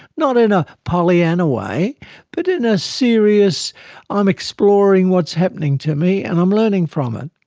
not in a pollyanna way but in a serious i'm exploring what's happening to me and i'm learning from it.